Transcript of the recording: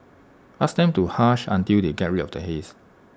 ask them to hush until they get rid of the haze